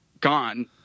gone